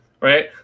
right